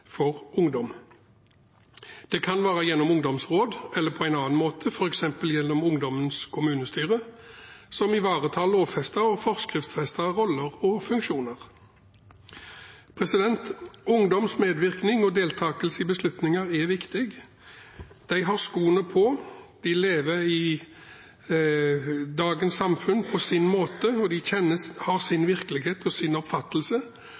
for ungdom. Det kan være gjennom ungdomsråd eller på en annen måte, f.eks. gjennom ungdommens kommunestyre, som ivaretar lovfestede og forskriftsfestede roller og funksjoner. Ungdoms medvirkning og deltakelse i beslutninger er viktig. De har skoene på, de lever i dagens samfunn på sin måte, de har sin virkelighet og sin